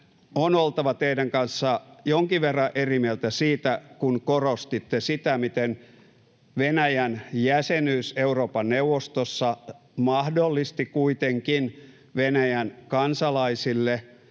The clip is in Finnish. on oltava teidän kanssanne jonkin verran eri mieltä siitä, kun korostitte sitä, miten Venäjän jäsenyys Euroopan neuvostossa mahdollisti kuitenkin Venäjän kansalaisille